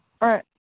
right